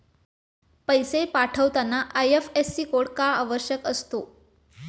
पैसे पाठवताना IFSC code का आवश्यक असतो?